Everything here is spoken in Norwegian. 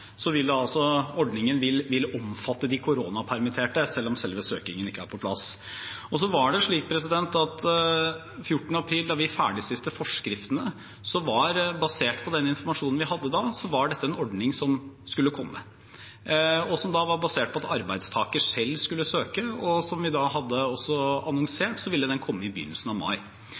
vil altså ordningen omfatte de koronapermitterte, selv om selve søkingen ikke er på plass. Så var det slik at 14. april, da vi ferdigstilte forskriftene, som var basert på den informasjonen vi hadde da, var dette en ordning som skulle komme, og som var basert på at arbeidstaker selv skulle søke. Som vi hadde annonsert, ville den komme i begynnelsen av mai.